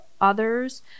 others